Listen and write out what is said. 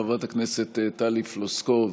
חברת הכנסת טלי פלוסקוב,